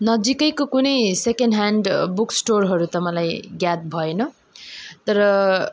नजिकैको कुनै second hand book स्टोरहरू त मलाई ज्ञात भएन तर